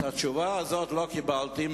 את התשובה הזאת לא קיבלתי,